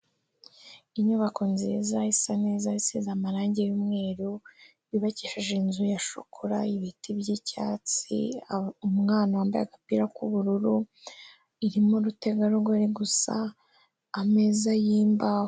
Inyubako nziza isa neza, isize amarangi y'umweru, yubakishije inzu ya shokora, ibiti by'icyatsi, umwana wambaye agapira k'ubururu, irimo rutegarugori gusa, ameza y'imbaho.